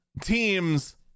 teams